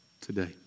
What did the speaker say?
today